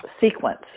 sequence